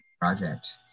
project